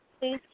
Please